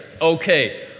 okay